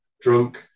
drunk